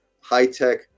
high-tech